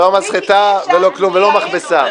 לא מסחטה ולא מכבסה.